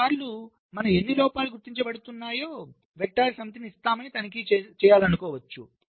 కొన్నిసార్లు మనం ఎన్ని లోపాలు గుర్తించబడుతున్నాయో వెక్టర్స్ సమితిని ఇస్తామని తనిఖీ చేయాలనుకోవచ్చు